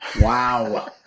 Wow